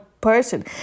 person